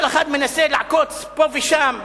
כל אחד מנסה לעקוץ פה ושם.